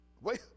Wait